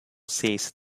says